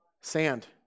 Sand